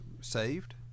saved